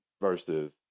versus